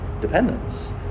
dependence